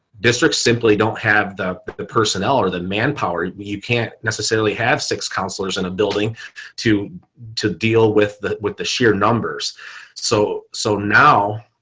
districts simply don't have the the personnel or than manpower, you can't necessarily have six counselors in a building to to deal with that with the sheer numbers so so now